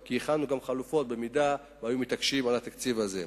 כי הכנו גם חלופות למקרה שהיו מתעקשים על התקציב הזה.